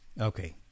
okay